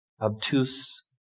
obtuse